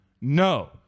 No